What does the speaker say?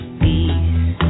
peace